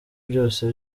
byose